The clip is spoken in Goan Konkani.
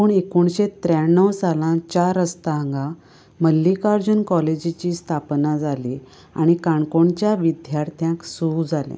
पूण एकोणशे त्र्याणव सालांत चार रस्ता हांगां मल्लिकार्जून काॅलेजीची स्थापना जाली आनी काणकोणच्या विद्द्यार्थ्यांक सू जालें